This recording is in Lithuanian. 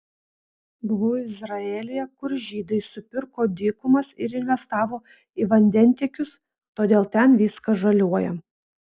buvau izraelyje kur žydai supirko dykumas ir investavo į vandentiekius todėl ten viskas žaliuoja